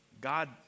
God